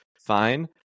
fine